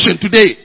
today